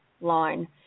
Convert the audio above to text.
line